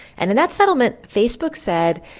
and in that settlement, facebook said,